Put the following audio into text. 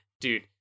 Dude